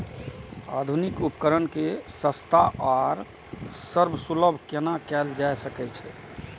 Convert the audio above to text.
आधुनिक उपकण के सस्ता आर सर्वसुलभ केना कैयल जाए सकेछ?